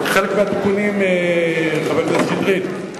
חבר הכנסת שטרית,